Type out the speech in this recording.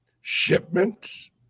Shipments